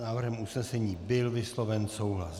S návrhem usnesení byl vysloven souhlas.